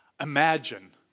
Imagine